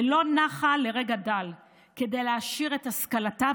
ולא נחה לרגע דל כדי להעשיר את השכלתה,